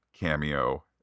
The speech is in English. cameo